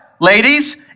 Ladies